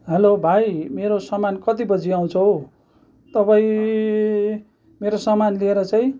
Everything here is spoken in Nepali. हेलो भाइ मेरो सामान कति बजी आउँछ हौ तपाईँ मेरो सामान लिएर चाहिँ